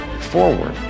forward